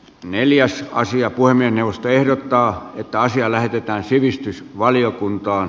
neljäs sija voimien neuvosto ehdottaa että asia lähetetään sivistysvaliokuntaan